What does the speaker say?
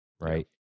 right